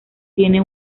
tiene